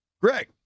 Greg